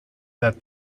that